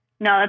No